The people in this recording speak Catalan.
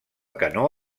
canó